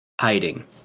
hiding